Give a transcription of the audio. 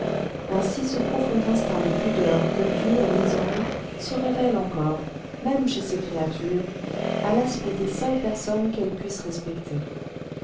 ainsi ce profond instinct de pudeur que dieu a mis en nous se révèle encore même chez ces créatures à l'aspect des seules personnes qu'elles puissent respecter